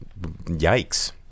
Yikes